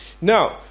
Now